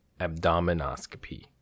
Abdominoscopy